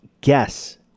guess